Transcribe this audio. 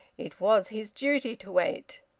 it was his duty to wait.